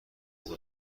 خوب